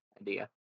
idea